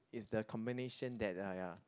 is the combination that ah ya